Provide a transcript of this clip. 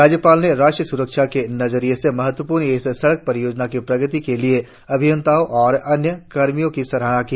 राज्यपाल ने राष्ट्रीय स्रक्षा के नजरिये से महत्वपूर्ण इस सड़क परियोजना की प्रगति के लिए अभियंताओं और अन्य कर्मियों की सराहना की